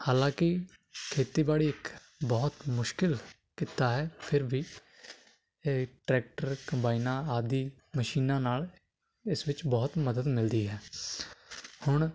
ਹਾਲਾਂਕਿ ਖੇਤੀਬਾੜੀ ਇੱਕ ਬਹੁਤ ਮੁਸ਼ਕਿਲ ਕਿੱਤਾ ਹੈ ਫਿਰ ਵੀ ਇਹ ਟਰੈਕਟਰ ਕੰਬਾਈਨਾਂ ਆਦਿ ਮਸ਼ੀਨਾਂ ਨਾਲ ਇਸ ਵਿੱਚ ਬਹੁਤ ਮਦਦ ਮਿਲਦੀ ਹੈ ਹੁਣ